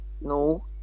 No